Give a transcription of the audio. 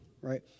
right